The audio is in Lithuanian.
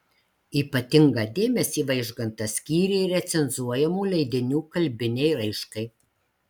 ypatingą dėmesį vaižgantas skyrė recenzuojamų leidinių kalbinei raiškai